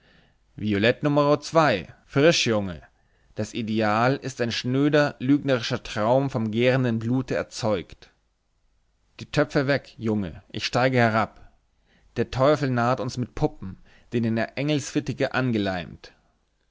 violett numero zwei frisch junge das ideal ist ein schnöder lügnerischer traum vom gärenden blute erzeugt die töpfe weg junge ich steige herab der teufel narrt uns mit puppen denen er engelsfittige angeleimt